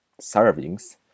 servings